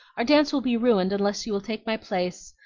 our dance will be ruined unless you will take my place.